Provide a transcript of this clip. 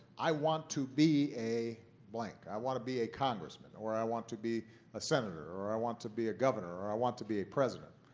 i want to be a blank. i want to be a congressman, or or i want to be a senator, or i want to be a governor, or i want to be a president.